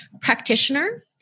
practitioner